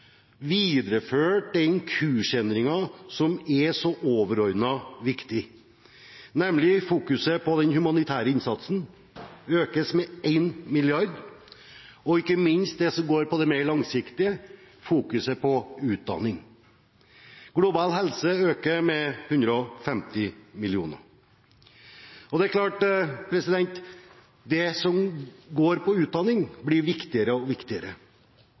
videreført den kursendringen som er så overordnet viktig, nemlig at den humanitære innsatsen økes med 1 mrd. kr, og ikke minst det som handler om det mer langsiktige, nemlig fokusering på utdanning. Satsingen på global helse øker med 150 mill. kr. Det er klart at det som handler om utdanning, blir viktigere og viktigere.